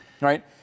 Right